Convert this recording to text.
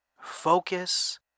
focus